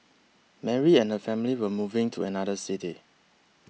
Mary and her family were moving to another city